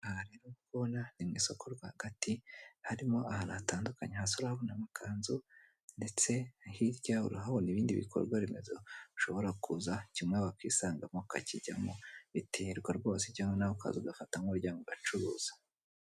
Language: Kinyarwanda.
Aha rero ubona ni mu isoko rwagati, harimo ahantu hatandukanye hasi urahabonamo amakanzu, ndetse hirya urahabona ibindi bikorwa remezo ushobora kuza kimwe wakisangamo ukakijyamo, biterwa rwose cyangwa nawe ukaza ugafata, nk'urugero ugacuruza.